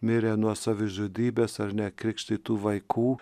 mirė nuo savižudybės ar nekrikštytų vaikų